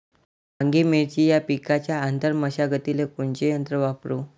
वांगे, मिरची या पिकाच्या आंतर मशागतीले कोनचे यंत्र वापरू?